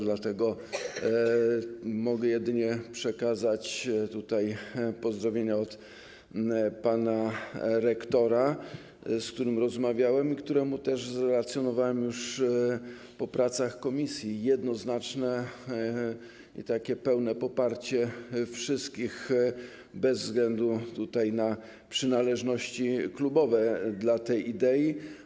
Dlatego mogę jedynie przekazać tutaj pozdrowienia od pana rektora, z którym rozmawiałem i któremu zrelacjonowałem już po pracach komisji jednoznaczne i pełne poparcie wszystkich tutaj, bez względu na przynależności klubowe, dla tej idei.